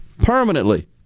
permanently